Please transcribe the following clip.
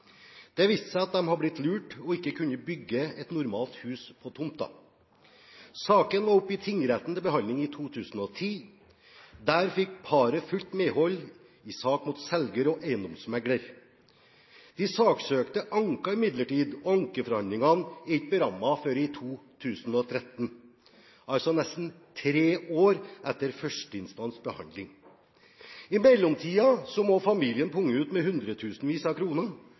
Det viste seg at de hadde blitt lurt og ikke kunne bygge et normalt hus på tomten. Saken var oppe til behandling i tingretten i 2010. Der fikk paret fullt medhold i saken mot selger og eiendomsmegler. De saksøkte anket imidlertid, og ankeforhandlingene er ikke berammet før i 2013, altså nesten tre år etter førsteinstansbehandling. I mellomtiden må familien punge ut med hundretusenvis av kroner